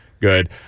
Good